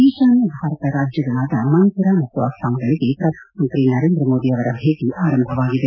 ಈಶಾನ್ಯ ಭಾರತ ರಾಜ್ಯಗಳಾದ ಮಣಿಪುರ ಮತ್ತು ಅಸ್ಪಾಂಗಳಿಗೆ ಪ್ರಧಾನಮಂತ್ರಿ ನರೇಂದ್ರ ಮೋದಿ ಅವರ ಭೇಟಿ ಆರಂಭವಾಗಿದೆ